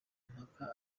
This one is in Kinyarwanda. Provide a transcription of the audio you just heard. mpaka